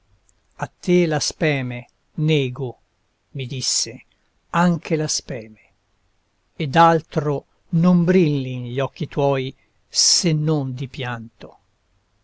a te la speme nego mi disse anche la speme e d'altro non brillin gli occhi tuoi se non di pianto